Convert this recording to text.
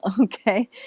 Okay